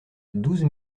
douze